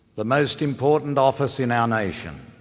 the most important office in our nation,